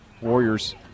Warriors